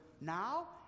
now